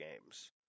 games